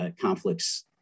Conflicts